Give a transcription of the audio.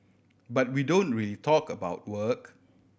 but we don't really talk about work